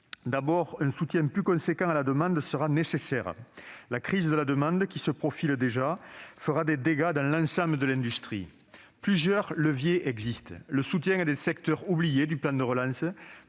d'abord, un soutien plus conséquent à la demande sera nécessaire, car la crise qui se profile fera des dégâts dans l'ensemble de l'industrie. Plusieurs leviers existent, dont le soutien à des secteurs oubliés du plan de relance,